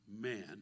man